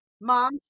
Mom